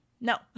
No